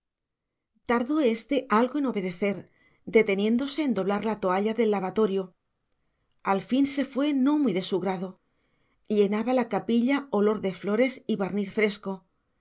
tardó éste algo en obedecer deteniéndose en doblar la toalla del lavatorio al fin se fue no muy de su grado llenaba la capilla olor de flores y barniz fresco